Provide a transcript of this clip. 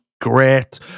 great